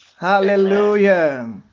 Hallelujah